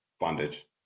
Bondage